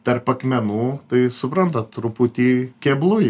tarp akmenų tai suprantat truputį keblu y